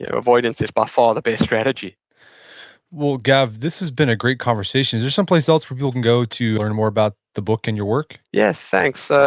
yeah avoidance is by far the best strategy well, gav, this has been a great conversation. is there someplace else people can go to learn more about the book and your work? yeah, thanks. ah